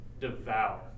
devour